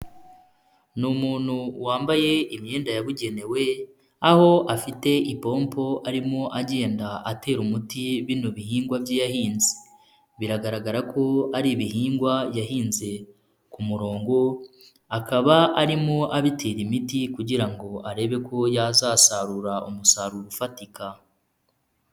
Ni umuntu wambaye imyenda yabugenewe aho afite ipompo arimo agenda atera umuti bino bihingwa bye yahinze, biragaragara ko ari ibihingwa yahinze ku murongo akaba arimo abitera imiti kugira ngo arebe ko yazasarura umusaruro ufatika.